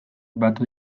batu